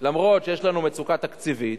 למרות שיש לנו מצוקה תקציבית